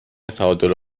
تعادل